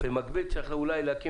במקביל צריך אולי להקים